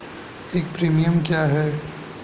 एक प्रीमियम क्या है?